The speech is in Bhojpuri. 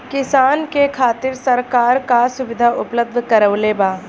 किसान के खातिर सरकार का सुविधा उपलब्ध करवले बा?